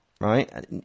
right